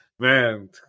Man